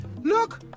Look